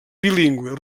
bilingüe